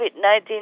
COVID-19